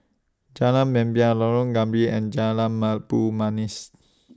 Jalan Membina Lorong Gambir and Jalan Manis